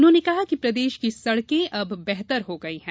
उन्होंने कहा कि प्रदेश की सड़कें अब बेहतर हो गयी है